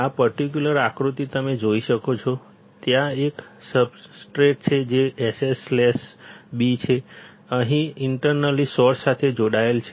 આ પર્ટિક્યુલર આકૃતિ તમે જોઈ શકો છો ત્યાં એક સબસ્ટ્રેટ છે જે SS સ્લેશ B છે આ અહીં ઇન્ટરનલી સોર્સ સાથે જોડાયેલ છે